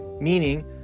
Meaning